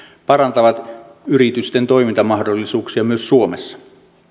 parantavat yritysten toimintamahdollisuuksia myös suomessa